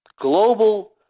global